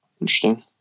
Interesting